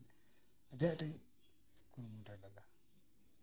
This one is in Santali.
ᱟᱹᱰᱤ ᱟᱸᱴᱤᱧ ᱠᱟᱫᱟ